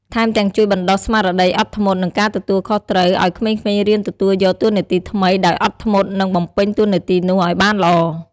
ថែមទាំងជួយបណ្តុះស្មារតីអត់ធ្មត់ និងទទួលខុសត្រូវ ឲ្យក្មេងៗរៀនទទួលយកតួនាទីថ្មីដោយអត់ធ្មត់ និងបំពេញតួនាទីនោះឱ្យបានល្អ។